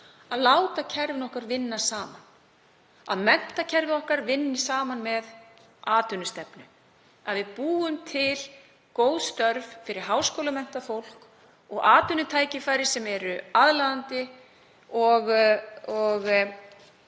að láta kerfin okkar vinna saman, að menntakerfið okkar vinni saman með atvinnustefnu, að við búum til góð störf fyrir háskólamenntað fólk og atvinnutækifæri sem eru aðlaðandi og